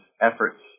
efforts